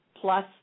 plus